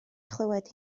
chlywed